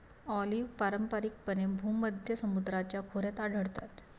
olive पारंपारिकपणे भूमध्य समुद्राच्या खोऱ्यात आढळतात